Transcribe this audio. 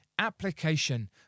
application